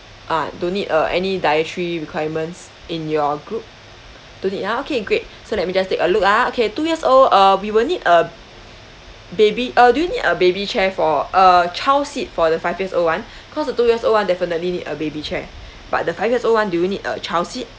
ah don't need uh any dietary requirements in your group don't need ah okay great so let me just take a look ah okay two years old uh we will need a baby uh do you need a baby chair for uh child seat for the five years old [one] cause the two years old [one] definitely need a baby chair but the five years old [one] do you need a child seat